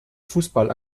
fußball